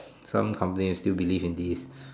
some company still believe in this